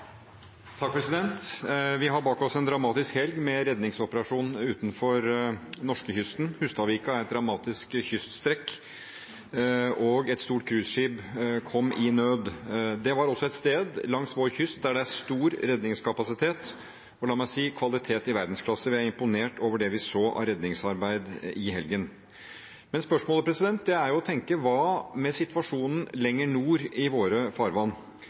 Vi har bak oss en dramatisk helg med redningsoperasjonen utenfor norskekysten. Hustadvika er et dramatisk kyststrekk, og et stort cruiseskip kom i nød. Det var også et sted langs vår kyst der det er stor redningskapasitet og – la meg si – kvalitet i verdensklasse. Vi er imponert over det vi så av redningsarbeid i helgen. Men spørsmålet er: Hva med situasjonen lenger nord i våre farvann?